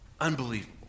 Unbelievable